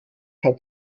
hat